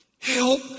Help